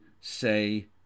say